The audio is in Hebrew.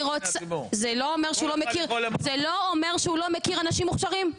זה לא אומר שהוא לא מכיר אנשים מוכשרים.